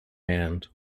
hand